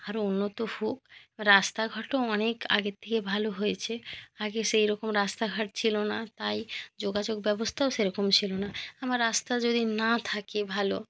আরো উন্নত হোক রাস্তাঘাটও অনেক আগের থেকে ভালো হয়েছে আগে সেই রকম রাস্তাঘাট ছিলো না তাই যোগাযোগ ব্যবস্তাও সেরকম ছিলো না আমার রাস্তা যদি না থাকে ভালো